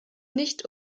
nicht